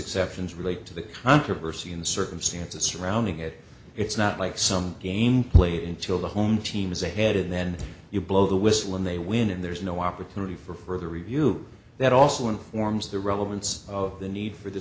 exceptions relate to the controversy in the circumstances surrounding it it's not like some gameplay intil the home team has a head and then you blow the whistle and they win and there's no opportunity for further review that also informs the relevance of the need for the